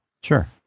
sure